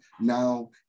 now